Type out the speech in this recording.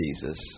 Jesus